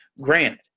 Granted